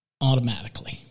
automatically